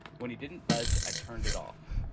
when he didn't budge. i turned it off.